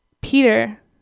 Peter